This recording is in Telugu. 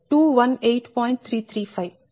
335 0